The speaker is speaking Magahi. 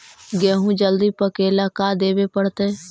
गेहूं जल्दी पके ल का देबे पड़तै?